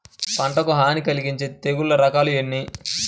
పంటకు హాని కలిగించే తెగుళ్ళ రకాలు ఎన్ని?